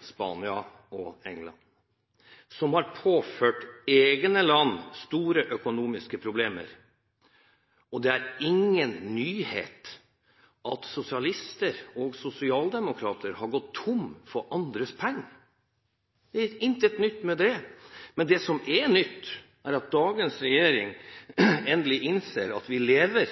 Spania og England, som har påført eget land store økonomiske problemer. Det er ingen nyhet at sosialister og sosialdemokrater har gått tom for andres penger. Det er intet nytt med det. Men det som er nytt, er at dagens regjering endelig innser at vi lever